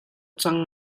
cang